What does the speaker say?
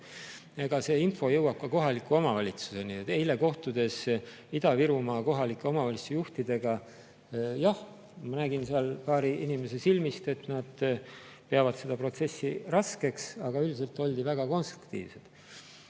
See info jõuab ka kohaliku omavalitsuseni. Eile kohtudes Ida-Virumaa kohalike omavalitsuste juhtidega, jah, ma nägin seal paari inimese silmist, et nad peavad seda protsessi raskeks, aga üldiselt oldi väga konstruktiivsed.